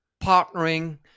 partnering